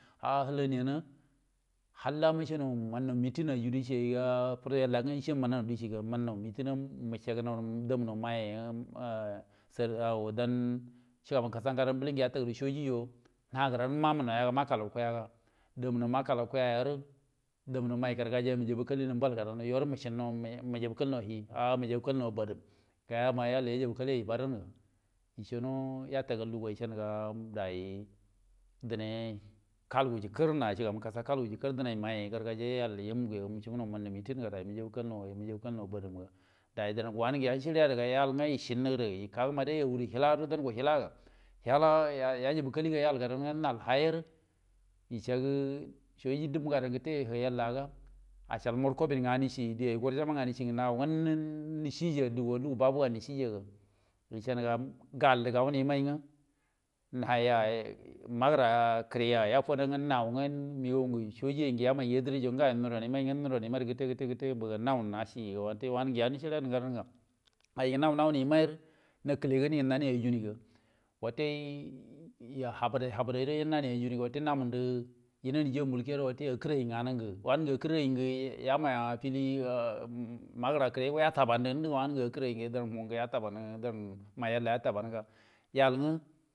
Ah halani yon halla man ni mitin yeyu fodo yella mun no dici nga mun no mitinga ciguno danma maiyen a yen dan shugaban ngadan yoru soji yon najeri najiu mamunna mukalau kuwo ya damno mukalau kuwoye damuno mai gargaji yu bal gadan muja bakal mujabakalno hi wo badim a ijaba kalno waninge yai shiryadino kingede ye mai gede au ge hila ga dam mudu hila ga yala yaji yingadan wo ya yucgi sopo dimmari geri kette na yallaga, cal markulbin hi ge hi ye gorjoma gadan hiro wo gindi wo ci yegero lugu gaboo ci ga waca niga gal da gamai yimenga nahaiya magran nga a kiriga ya todonga au nge mongo sojai yo yen nge ngayo tadarange yamai yuwen ngan katte kalte mba wute nau nga naciwo wute yanendi shiryadugo nauni yimai yikele gede gan yuju an wute ya ha habidenudo yamunja yinenja yumulgede yeco nganinge wonige ackirwoco ya mai ya fili wo megra kiri yalibainge in wanigu ackirra ge yatibanu ga mai yalla yatilabaiga.